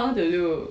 uh oh oh